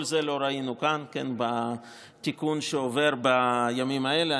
את כל זה לא ראינו כאן, בתיקון שעובר בימים האלה.